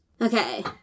Okay